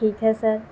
ٹھیک ہے سر